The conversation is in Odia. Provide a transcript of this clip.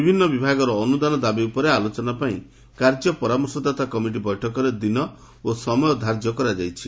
ବିଭିନ୍ ବିଭାଗର ଅନୁଦାନ ଦାବି ଉପରେ ଆଲୋଚନା ପାଇଁ କାର୍ଯ୍ୟ ପରାମର୍ଶଦାତା କମିଟି ବୈଠକରେ ଦିନ ଓ ସମୟ ଧାର୍ଯ୍ୟ କରାଯାଇଛି